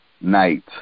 night